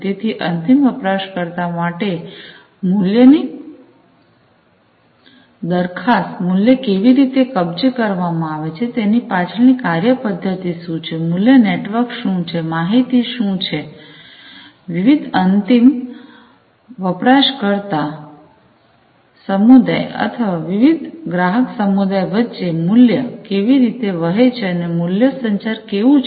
તેથી અંતિમ વપરાશકર્તા માટે મુલ્ય ની દરખાસ્તમુલ્ય કેવી રીતે કબજે કરવામાં આવે છે તેની પાછળની કાર્યપદ્ધતિ શું છે મૂલ્ય નેટવર્ક શું છે માહિતી શું છે વિવિધ અંતિમ વપરાશ કરતાં સમુદાય અથવા વિવિધ ગ્રાહક સમુદાય વચ્ચે મૂલ્ય કેવી રીતે વહે છે અને મૂલ્ય સંચાર કેવું છે